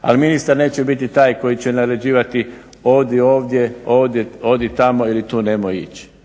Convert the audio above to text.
Ali ministar neće biti taj koji će naređivati odi ovdje, odi tamo ili tu nemoj ići.